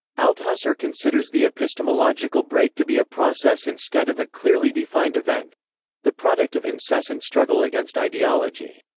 althusser considers the epistemological break to be a process instead of a clearly defined event the product of incessant struggle against ideology.